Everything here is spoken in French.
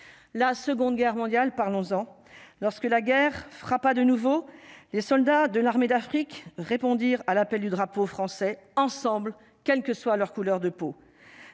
la Seconde guerre mondiale, parlons-en, lorsque la guerre frappa de nouveau les soldats de l'armée d'Afrique répondirent à l'appel du drapeau français ensemble, quelle que soit leur couleur de peau,